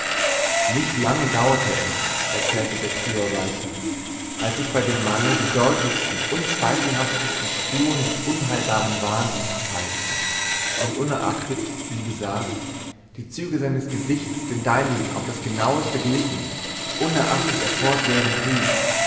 nicht lange dauerte es erzählte der prior weiter als sich bei dem manne die deutlichsten unzweifelhaftesten spuren des unheilbaren wahnsinns zeigten und unerachtet wie gesagt die züge seines gesichts den deinigen auf das genaueste glichen unerachtet er fortwährend rief